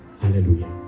Hallelujah